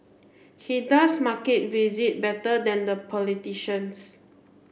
he does market visit better than the politicians